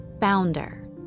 founder